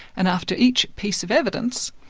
and after each piece of evidence,